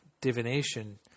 divination